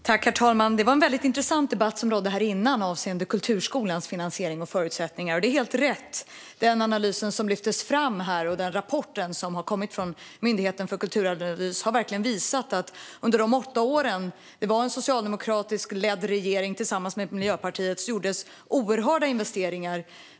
Herr talman! Det var en väldigt intressant debatt här tidigare avseende kulturskolans finansiering och förutsättningar. Den analys som lyftes fram var helt rätt. Rapporten från Myndigheten för kulturanalys har verkligen visat att under de åtta år regeringen leddes av Socialdemokraterna tillsammans med Miljöpartiet gjordes oerhörda investeringar.